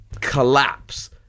collapse